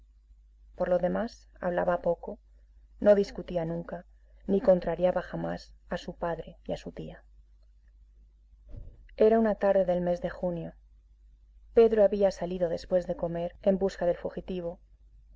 por lo demás hablaba poco no discutía nunca ni contrariaba jamás a su padre y a su tía era una tarde del mes de junio pedro había salido después de comer en busca del fugitivo